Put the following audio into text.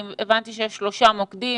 אני הבנתי שיש שלושה מוקדים,